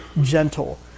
gentle